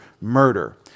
murder